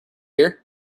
hear